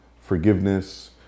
forgiveness